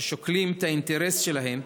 ששם שוקלים את האינטרס שלהם,